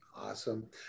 Awesome